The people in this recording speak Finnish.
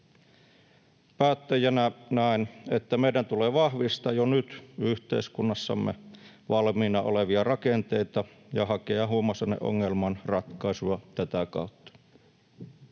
Päättäjänä näen, että meidän tulee vahvistaa jo nyt yhteiskunnassamme valmiina olevia rakenteita ja hakea huumausaineongelmaan ratkaisua tätä kautta.